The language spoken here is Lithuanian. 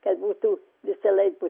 kad būtų visą laiką